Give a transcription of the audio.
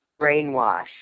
brainwash